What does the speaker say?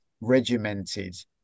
regimented